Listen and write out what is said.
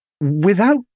Without